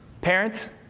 Parents